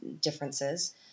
differences